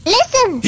Listen